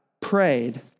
prayed